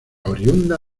oriunda